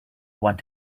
want